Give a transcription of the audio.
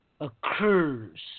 occurs